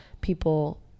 people